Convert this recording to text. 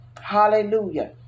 Hallelujah